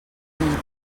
nit